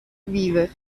viver